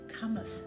cometh